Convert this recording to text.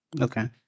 Okay